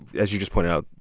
as you just pointed out,